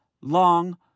long